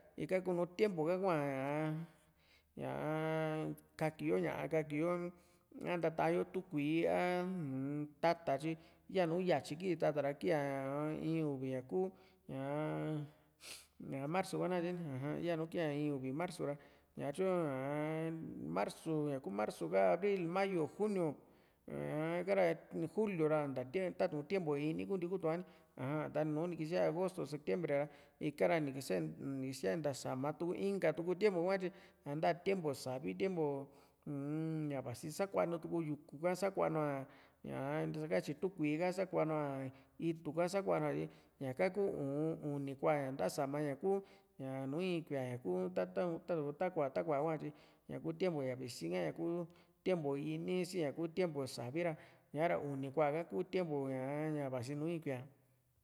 ika kuu nu tiempo ka hua´a ñaa kakiyo ñá´a kakiyo a ntata´yo tu kui´i a u-m tata tyi yanu yátyi kii tata ra kii´a in uvi ku ñaa marzu ka nakatye ni aja yanu kii´a in uvi marzu ra ñatyu ñaa marzu ñaku marzu ka´ra abril mayo junio ñaa ika´ra julio ra nta te tatu´n tiempu ini kunti kutu´a ni aja ta nu+ ni kisá agsoto sectiebre ra ika´ra ni kísiaa ni ntasama tu´ku inka tukui tiempu kua´e tyi san´ta tiempu savi nta tiempo uu-n ña vasi sakuanu tuku yuku ka sakuanu´a ñaa ntisakatyi tú kui´i ka sakuanu´a itu ka sakuanu´a ri ñaka ku uni kuá ña ntasama ña kuu ña nùù in kuía ñaku taru takuá takuá hua tyi ñaku tiempu ña visi ha ña kuu tiempu ini si ña ku tiempu savi ra ña´ra uni kuá ha kuu tiempu ñaa vasi nùù in kuía